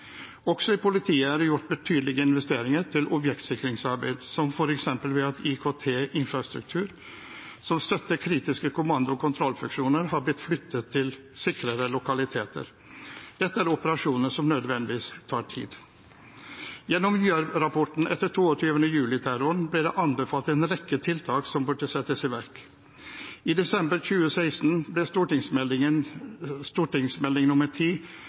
Også i politiet er det gjort betydelige investeringer til objektsikringsarbeid, som f.eks. at IKT-infrastruktur som støtter kritiske kommando- og kontrollfunksjoner, har blitt flyttet til sikrere lokaliteter. Dette er operasjoner som nødvendigvis tar tid. Gjennom Gjørv-rapporten etter 22. juli-terroren ble det anbefalt en rekke tiltak som burde settes i verk. I desember 2016 ble Meld. St. 10 for 2015–2016 Risiko i et trygt samfunn lagt frem. I vedlegg 2 til stortingsmeldingen